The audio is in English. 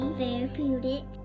therapeutic